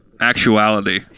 actuality